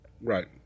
right